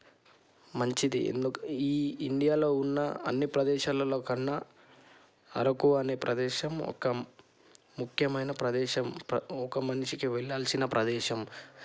మంచిది ఎందుకు ఈ ఇండియాలో ఉన్న అన్ని ప్రదేశాలలో కన్నా అరకు అనే ప్రదేశం ఒక ముఖ్యమైన ప్రదేశం ఒక మనిషికి వెళ్ళాల్సిన ప్రదేశం